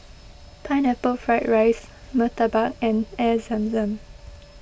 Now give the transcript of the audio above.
Pineapple Fried Rice Murtabak and Air Zam Zam